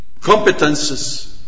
competences